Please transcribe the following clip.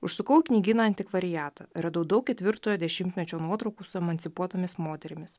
užsukau į knygyną antikvariatą radau daug ketvirtojo dešimtmečio nuotraukų su emancipuotomis moterimis